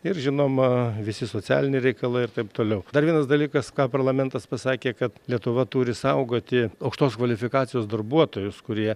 ir žinoma visi socialiniai reikalai ir taip toliau dar vienas dalykas ką parlamentas pasakė kad lietuva turi saugoti aukštos kvalifikacijos darbuotojus kurie